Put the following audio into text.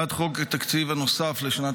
הצעת חוק תקציב נוסף לשנת